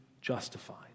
justified